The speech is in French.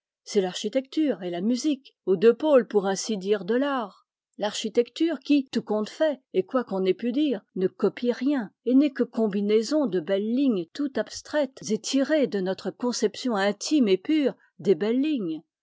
c'est l'architecture et la musique aux deux pôles pour ainsi dire de l'art l'architecture qui tout compte fait et quoi qu'on ait pu dire ne copie rien et n'est que combinaison de belles lignes tout abstraites et tirées de notre conception intime et pure des belles lignes